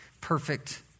perfect